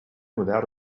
without